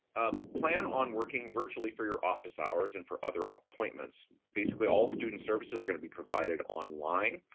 ah plan on working virtually for your office hours and for other appointments. basically all student services are gonna be provided online.